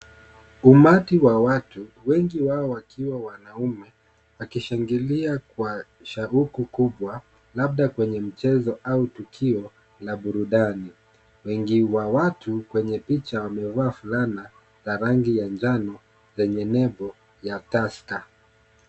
Umati wa watu wengi wao wakiwa wanaume wakishangilia kwa shauku kubwa labda kwenye michezo au tukio la burudani wengi wa watu wenye picha wamevaa fulana ya rangi ya njano yenye nembo ya tusker .